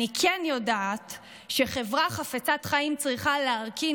אני כן יודעת שחברה חפצת חיים צריכה להרכין